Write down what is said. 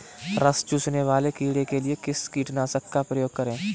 रस चूसने वाले कीड़े के लिए किस कीटनाशक का प्रयोग करें?